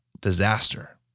disaster